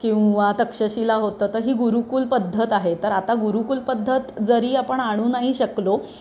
किंवा तक्षशीला होतं तर ही गुरुकुल पद्धत आहे तर आता गुरुकुल पद्धत जरी आपण आणू नाही शकलो